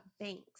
Banks